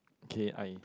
okay I